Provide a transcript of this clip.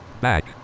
Back